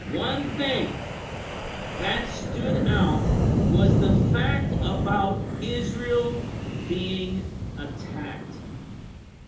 one thing that stood out was the fact about israel being attacked